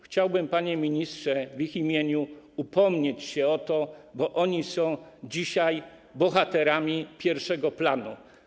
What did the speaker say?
Chciałbym, panie ministrze, w ich imieniu upomnieć się o to, bo oni są dzisiaj bohaterami pierwszego planu.